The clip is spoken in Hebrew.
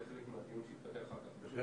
חלק מהדיון שיתפתח אחר כך --- דבר